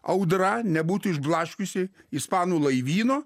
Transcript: audra nebūtų išblaškiusi ispanų laivyno